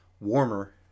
warmer